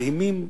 מדהימים,